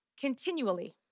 continually